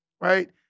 right